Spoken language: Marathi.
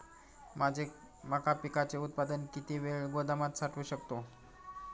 माझे मका पिकाचे उत्पादन किती वेळ गोदामात साठवू शकतो?